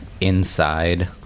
inside